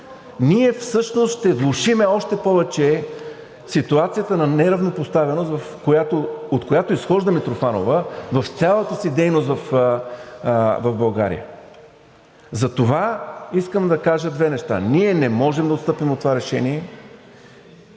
ние всъщност ще влошим още повече ситуацията на неравнопоставеност, от която изхожда Митрофанова в цялата си дейност в България. Затова искам да кажа две неща. Ние не можем да отстъпим от това решение